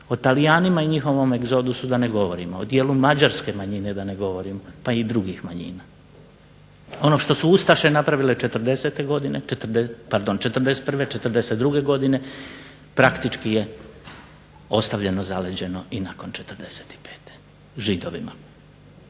O Talijanima i njihovom egzodusu da ne govorimo, o dijelu mađarske manjine da ne govorim, pa i drugih manjina. Ono što su ustaše napravile '41., '42. godine praktički je ostavljeno je zaleđeno i nakon '45. Židovima,